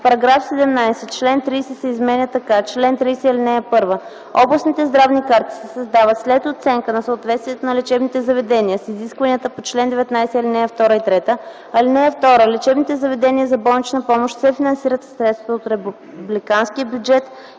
§ 17: „§ 17. Член 30 се изменя така: „Чл. 30. (1) Областните здравни карти се създават след оценка на съответствието на лечебните заведения с изискванията по чл. 19, ал. 2 и 3. (2) Лечебните заведения за болнична помощ се финансират със средства от републиканския бюджет